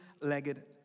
legged